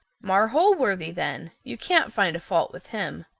marr holworthy then. you can't find a fault with him.